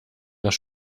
dass